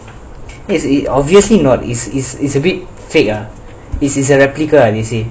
is obviously not is is is a bit fake ah this is a replica they said